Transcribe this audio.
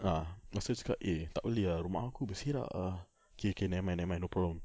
ah lepas tu dia cakap eh tak boleh ah rumah aku berselerak ah okay okay nevermind nevermind no problem